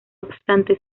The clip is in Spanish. obstante